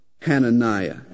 Hananiah